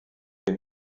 den